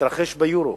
מתרחש ביורו,